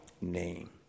name